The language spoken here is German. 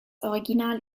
original